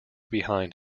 behind